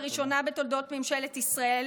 לראשונה בתולדות ממשלת ישראל,